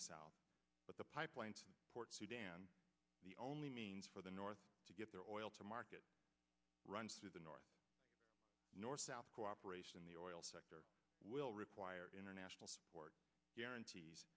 the south but the pipeline to port sudan the only means for the north to get their oil to market runs to the north nor south cooperation the oil sector will require international support guarantees